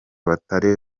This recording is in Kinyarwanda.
batari